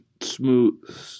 Smooth